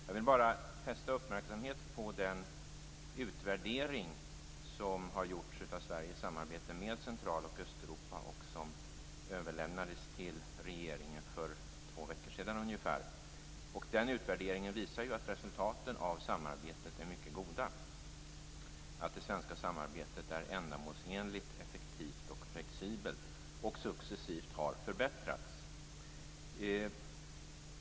Jag vill bara fästa uppmärksamhet på den utvärdering som har gjorts av Sveriges samarbete med Central och Östeuropa och som överlämnades till regeringen för ungefär två veckor sedan. Utvärderingen visar ju att resultaten av samarbetet är mycket goda och att det svenska samarbetet är ändamålsenligt, effektivt och flexibelt och successivt har förbättrats.